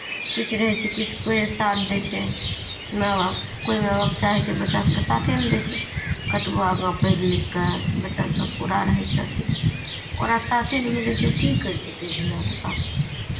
किछु रहै छै कोइ साथ दै छै माय बाप कोइ माय बाप चाहै छै बच्चा सभके साथे नहि दै छै कतबो आगाँ पढ़ि लिखि कऽ बच्चासभ पूरा रहै छै अथि ओकरा साथे नहि मिलै छै ओ की करि सकै छै धियापुता